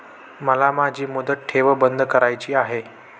मला माझी मुदत ठेव बंद करायची आहे